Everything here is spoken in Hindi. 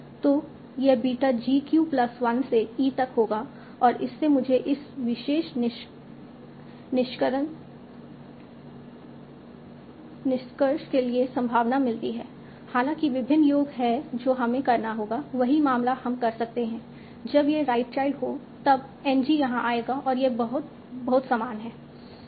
तो यह बीटा g q प्लस 1 से e तक होगा और इससे मुझे इस विशेष निष्कर्षण के लिए संभावना मिलती है हालांकि विभिन्न योग हैं जो हमें करने होंगे वही मामला हम कर सकते हैं जब यह राइट चाइल्ड हो तब N g यहां आएगा और यह बहुत बहुत समान है